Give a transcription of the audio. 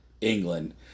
England